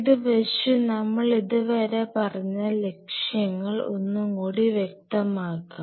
ഇത് വച്ച് നമ്മൾ ഇത് വരെ പറഞ്ഞ ലക്ഷ്യങ്ങൾ ഒന്ന് കൂടി വ്യക്തമാക്കാം